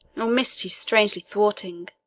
o mischief strangely thwarting!